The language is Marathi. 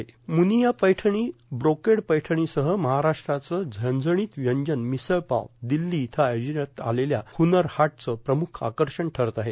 र्म्रानया पैठणी ब्रांकेड पैठणींसह महाराष्ट्राचं झणझणीत व्यंजन मिसळ पाव दिल्लो इथं आयोजिण्यात आलेल्या हुनरहाटचं प्रमुख आकषण ठरत आहे